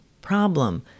problem